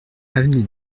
avenue